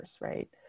right